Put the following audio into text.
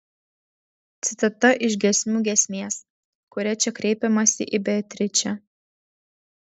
citata iš giesmių giesmės kuria čia kreipiamasi į beatričę